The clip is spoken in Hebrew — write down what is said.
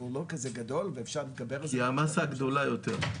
אבל הוא לא כזה גדול ואפשר --- כי המסה גדולה יותר.